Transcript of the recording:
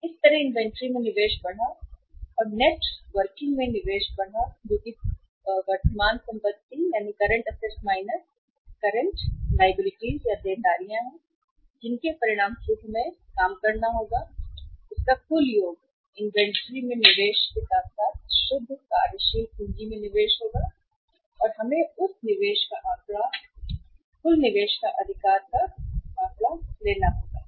इस तरह इन्वेंट्री में निवेश बढ़ा और नेट वर्किंग में निवेश बढ़ा पूँजी जो कि वर्तमान संपत्ति माइनस करेंट देनदारियाँ हैं जिनके परिणामस्वरूप हमें बाहर काम करना होगा इसका कुल योग इन्वेंट्री में निवेश के साथ साथ शुद्ध कार्यशील पूंजी में निवेश होगा हमें उस निवेश का आंकड़ा कुल निवेश अधिकार का आंकड़ा है